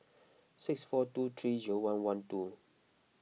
six four two three zero one one two